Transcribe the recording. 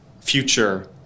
future